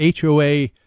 HOA